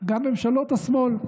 גם ממשלות השמאל.